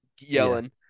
yelling